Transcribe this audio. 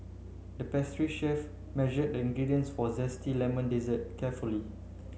the pastry chef measured the ingredients for a zesty lemon dessert carefully